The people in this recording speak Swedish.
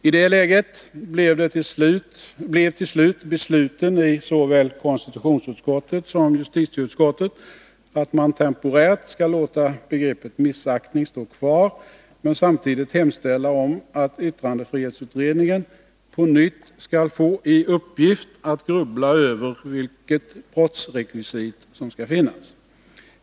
I det läget blev till slut besluten i såväl konstitutionsutskott som justitieutskott att man temporärt skall låta begreppet missaktning stå kvar men samtidigt hemställa om att yttrandefrihetsutredningen på nytt skall få i uppgift att grubbla över vilket brottsrekvisit som skall finnas.